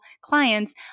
clients